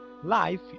Life